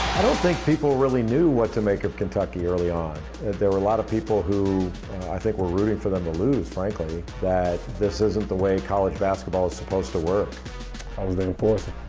i don't think people really knew what to make of kentucky early on were a lot of people who i think we're rooting for them to lose frankly that this isn't the way college basketball is supposed to work. i was the important